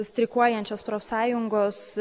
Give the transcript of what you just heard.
streikuojančios profsąjungos